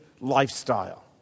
lifestyle